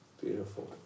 Beautiful